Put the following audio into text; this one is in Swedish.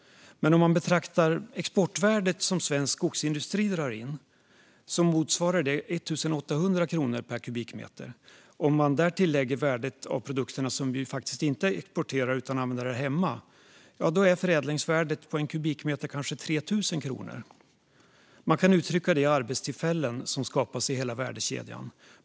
Men om man betraktar exportvärdet som svensk skogsindustri drar in motsvarar det 1 800 kronor per kubikmeter. Om man därtill lägger värdet av de produkter som vi faktiskt inte exporterar utan använder här hemma är förädlingsvärdet på en kubikmeter kanske 3 000 kronor. Man kan uttrycka detta i arbetstillfällen som skapas i hela värdekedjan.